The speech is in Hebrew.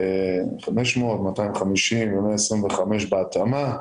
500, 250 ו-125 בהתאמה.